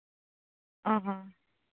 ᱚ ᱦᱚᱸ